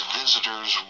visitors